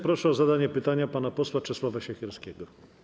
Proszę o zadanie pytania pana posła Czesława Siekierskiego.